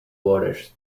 waters